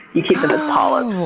you keep them as polyps.